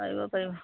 পাৰিব পাৰিব